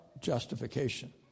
justification